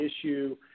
issue